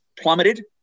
plummeted